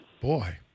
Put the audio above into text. Boy